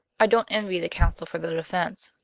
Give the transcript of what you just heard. i don't envy the counsel for the defense.